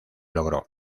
logró